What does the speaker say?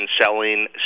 selling